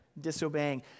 disobeying